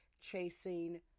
chasing